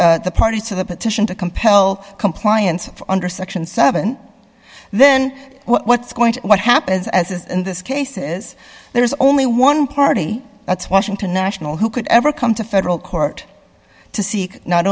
petition the parties to the petition to compel compliance under section seven then what's going to what happens as in this case is there is only one party that's washington national who could ever come to federal court to seek not